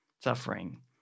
suffering